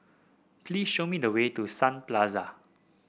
please show me the way to Sun Plaza